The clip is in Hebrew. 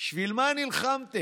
בשביל מה נלחמתם?